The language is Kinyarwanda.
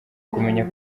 kumenya